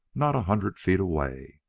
not a hundred feet away.